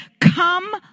come